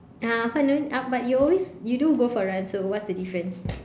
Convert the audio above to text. uh finally uh but you always you do go for run so what's the difference